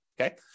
okay